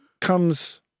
comes